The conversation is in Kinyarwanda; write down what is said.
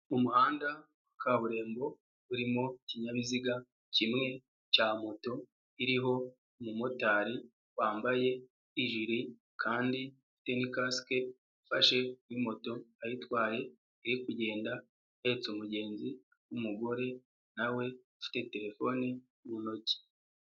Umuhanda wa kaburimbo, urimo ikinyabiziga kimwe cya moto iriho umumotari wambaye ijiri, kandi afite na kasike, afashe kuri moto ayitwaye iri kugenda, ahetse umugenzi w'umugore nawe ufite telefoni muntoki.